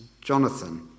Jonathan